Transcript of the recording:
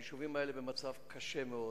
היישובים האלה במצב קשה מאוד,